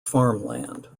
farmland